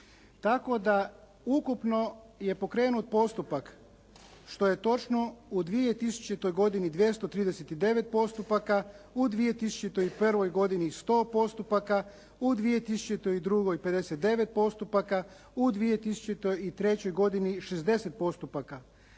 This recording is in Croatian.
tako da ukupno je pokrenut postupak što je točno u 2000. godini 239 postupaka, u 2001. godini 100 postupaka, u 2002. godini 59 postupaka, u 2003. godini 60 postupaka,